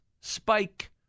spike